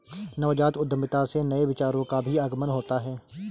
नवजात उद्यमिता से नए विचारों का भी आगमन होता है